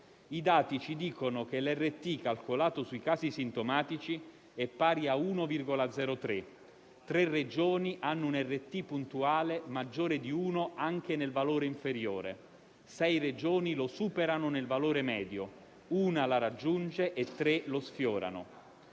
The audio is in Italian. I dati ci dicono che l'RT calcolato sui casi sintomatici è pari a 1,03; 3 Regioni hanno un RT puntuale maggiore di 1 anche nel valore inferiore; 6 Regioni lo superano nel valore medio; una Regione lo raggiunge e 3 lo sfiorano.